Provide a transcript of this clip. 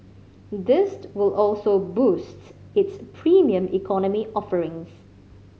this will also boosts its Premium Economy offerings